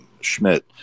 Schmidt